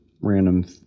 random